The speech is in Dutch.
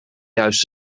juist